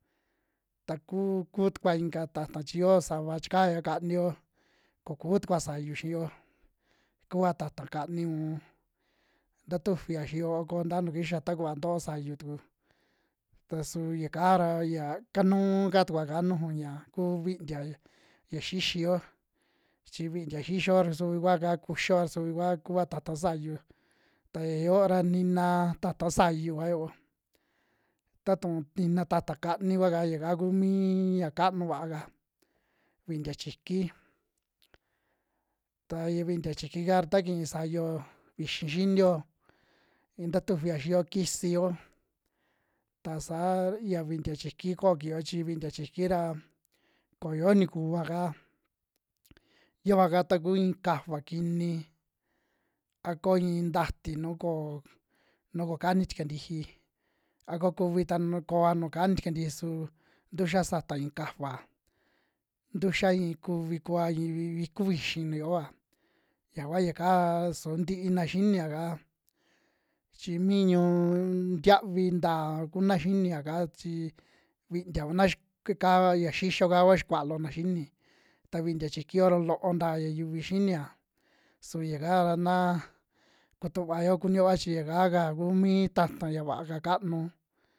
Ta ku kutukua inka ta'ta chi yoo saka chikaya kani'o ko kuu tukua sayu xiiyo, kua ta'ata kanii uun ntatufia xio a ko nta nuu kixa takuva ntoo sayu tuku, ta su yaka ra ya kanuu katukua'ka nuju ya kuu vintia xixiyo chi vintia xixiyo ra suvi kua'ka kuxioa suvi kua kua ta'ta sayu, ta ya yo'o ra nina ta'ta sayu kua yo'o, tatuu nina ta'ta kani kua'ka yaka ku miiya kanu vaaka vintia chiiki, ta yia vintia chiiki'ka ra ta ki'i sayuyo vixi xiniyo in ntatufia xiiyo kisiyo ta saa ya viantia chiiki koo kiyo chi vintia chiiki ra ko'o yo ntikua'ka yovaka taku iin kafa kini a ko in ntati nu koo, nu koo kani tikantiji a ko kuvitua nuu kani tikantiji su ntuya sata iin kafa, ntuya ii kuvi kua invi viku vixi nu yoa, yafa yaka sun tiina xinia'ka chi mi ñu'uun ntiavi ntaa kuna xinia'ka chi vintia kuna xik- kaa ya xixio'ka kua xia kuaa loona xini, ta vintia chiki yoo ra loo ntaya yuvi xinia suvi yaka ra na kuvao kuniuoa chi yaka'ka ku mii ta'ta vaaka kanu.